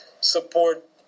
support